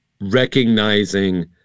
recognizing